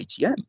ATM